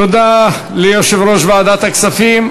תודה ליושב-ראש ועדת הכספים.